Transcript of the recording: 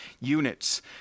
units